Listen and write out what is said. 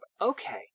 okay